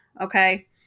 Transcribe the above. okay